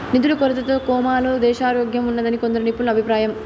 నిధుల కొరతతో కోమాలో దేశారోగ్యంఉన్నాదని కొందరు నిపుణుల అభిప్రాయం